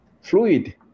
fluid